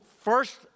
First